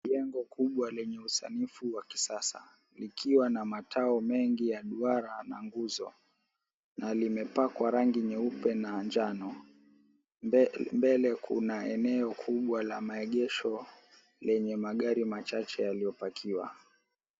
Jengo kubwa lenye usanifu wa kisasa likiwa na matao mengi ya duara na nguzo na limepakwa rangi nyeupe na njano. Mbele kuna eneo kubwa la maegesho lenye magari machache yaliyopakiwa.